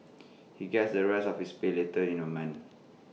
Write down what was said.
he gets the rest of his pay later in A month